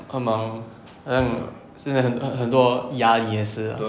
很忙很像现在很很多压力也是 ah